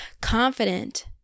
confident